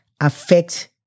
affect